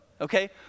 Okay